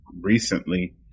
recently